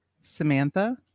Samantha